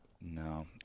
No